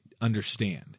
understand